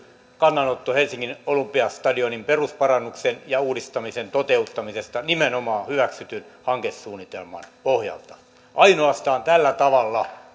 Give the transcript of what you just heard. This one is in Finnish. kannanotto helsingin olympiastadionin perusparannuksen ja uudistamisen toteuttamisesta nimenomaan hyväksytyn hankesuunnitelman pohjalta ainoastaan tällä tavalla